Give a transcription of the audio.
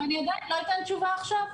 אני לא אתן תשובה עכשיו.